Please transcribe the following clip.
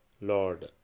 lord